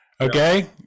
okay